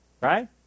Right